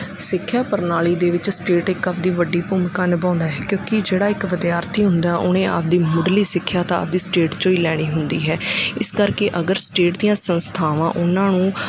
ਸਿੱਖਿਆ ਪ੍ਰਣਾਲੀ ਦੇ ਵਿੱਚ ਸਟੇਟ ਇੱਕ ਆਪਦੀ ਵੱਡੀ ਭੂਮਿਕਾ ਨਿਭਾਉਂਦਾ ਹੈ ਕਿਉਂਕਿ ਜਿਹੜਾ ਇੱਕ ਵਿਦਿਆਰਥੀ ਹੁੰਦਾ ਉਹਨੇ ਆਪਦੀ ਮੁੱਢਲੀ ਸਿੱਖਿਆ ਤਾਂ ਆਪਦੀ ਸਟੇਟ 'ਚੋਂ ਹੀ ਲੈਣੀ ਹੁੰਦੀ ਹੈ ਇਸ ਕਰਕੇ ਅਗਰ ਸਟੇਟ ਦੀਆਂ ਸੰਸਥਾਵਾਂ ਉਹਨਾਂ ਨੂੰ